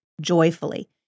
joyfully